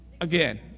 again